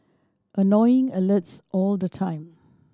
annoying alerts all the time